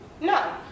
No